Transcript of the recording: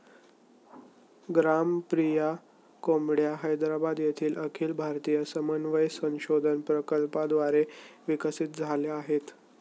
ग्रामप्रिया कोंबड्या हैदराबाद येथील अखिल भारतीय समन्वय संशोधन प्रकल्पाद्वारे विकसित झाल्या आहेत